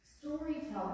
storytelling